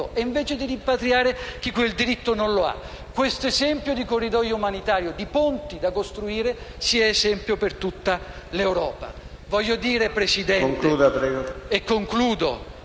e, invece, di rimpatriare chi quel diritto non lo ha. Questo esempio di corridoio umanitario, di ponte da costruire, sia esempio per tutta l'Europa.